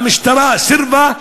והמשטרה סירבה,